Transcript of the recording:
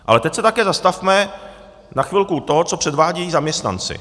Ale teď se také zastavme na chvilku u toho, co předvádějí zaměstnanci.